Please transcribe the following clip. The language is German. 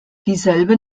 dieselbe